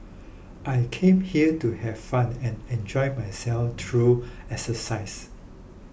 I came here to have fun and enjoy myself through exercise